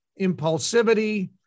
impulsivity